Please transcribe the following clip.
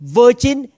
virgin